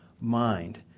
mind